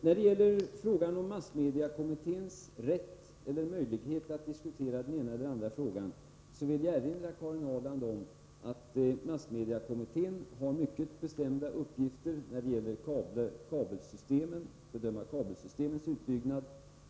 När det gäller massmediekommitténs rätt eller möjlighet att diskutera den ena eller andra frågan vill jag erinra Karin Ahrland om att massmediekommittén har mycket bestämda uppgifter när det gäller att bedöma kabelsystemens utbyggnad.